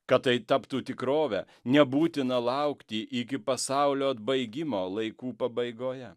kad tai taptų tikrove nebūtina laukti iki pasaulio atbaigimo laikų pabaigoje